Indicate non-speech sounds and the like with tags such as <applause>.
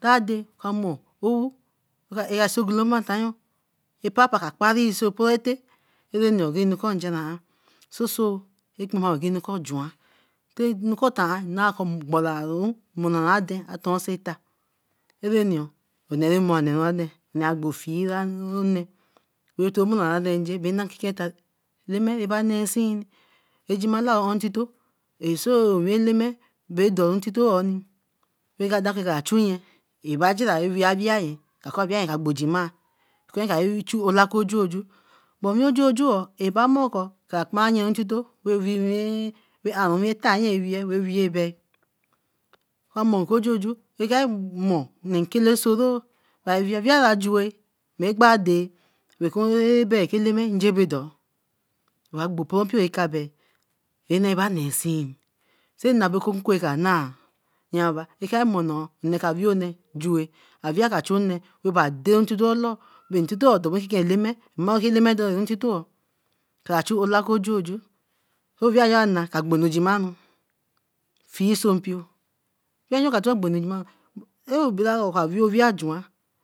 kra kra mor owo sai ogoloma ntayo papa ka kpari ate anuko ngenara so so e kpeme ojine kor nuan anuko tor an nah kor gboranru, morarande a tonse eta. Erani eo nonee rah monee aden agbo fie <unintelligible> bae na inkiken eta Eleme bae nee nsin ejimala ontito esou owin Eleme ra dorin tito oni bay ka dan kor kra chu yen eba gera ra wey awii, ka kor awii ka gbogemah, eka si chu olakogioju but owii ki gioguoor e ba mor kra kparan nyen tito wey aru owii eta yen wey wee ebae ka mor ko gioju ekare more nkele soro, abere wii awira jua ra gba dei, ra ku Eleme njebedor. Bagbo imporoo mpio eka bae, oba nee nsin. Sai nabe kun kwe kra nah, nyia ba kie monor nne ka wee onee jueh, awia ka chu onee ra ka dey ntito lor ntito dorbo nkiken Eleme. Maku oku Eleme dorin ntito oo, kra chu olakojuoju. Eka gbonu jimaru fiesompio. Awii yon ka gbo enu jimaru oka wee awii juan